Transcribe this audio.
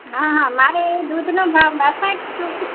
હા હા મારે દૂધનો ભાવ બાસઠ રૂપિયા